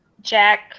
Jack